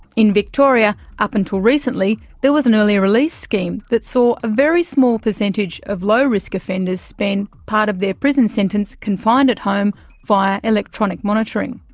in victoria, up until recently, there was an early release scheme that saw a very small percentage of low-risk offenders spend part of their prison sentence confined confined at home via electronic monitoring.